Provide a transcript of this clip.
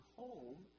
home